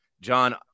John